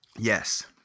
Yes